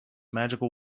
magical